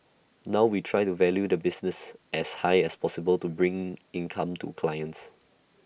now we try to value the business as high as possible to bring income to clients